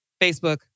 Facebook